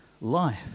life